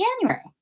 January